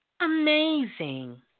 amazing